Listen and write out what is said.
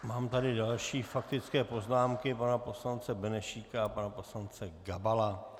Mám tady další faktické poznámky, pana poslance Benešíka a pana poslance Gabala.